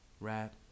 rap